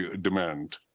demand